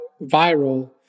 viral